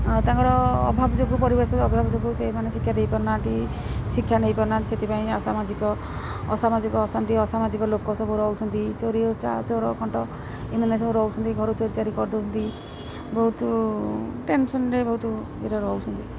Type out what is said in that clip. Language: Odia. ତାଙ୍କର ଅଭାବ ଯୋଗୁଁ ପରିବେଶ ଅଭାବ ଯୋଗୁଁ ସେଇମାନେ ଶିକ୍ଷା ଦେଇପାରୁନାହାନ୍ତି ଶିକ୍ଷା ନେଇପାରୁନାହାନ୍ତି ସେଥିପାଇଁ ଆସାମାଜିକ ଅସାମାଜିକ ଅଶାନ୍ତି ଅସାମାଜିକ ଲୋକ ସବୁ ରହୁଛନ୍ତି ଚୋରି ଚୋର ଖଣ୍ଟ ଏମାନେ ସବୁ ରହୁଛନ୍ତି ଘରୁ ଚୋରି ଚାରି କରିଦେଉଛନ୍ତି ବହୁତ ଟେନସନ୍ରେ ବହୁତ ଇଏରେ ରହୁଛନ୍ତି